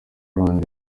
brand